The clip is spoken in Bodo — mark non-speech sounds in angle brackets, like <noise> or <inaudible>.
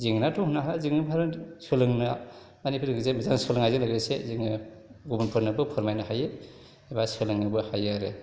जेंनाथ' बुंनो हाला जोंहा सोलोंनो माने <unintelligible> सोलोंनायजों लोगोसे गुबुनफोरनोबो फोरमायनो हायो एबा सोलोंनोबो हायो आरो